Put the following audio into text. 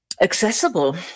accessible